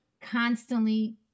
constantly